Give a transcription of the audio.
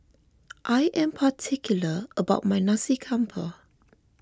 I am particular about my Nasi Campur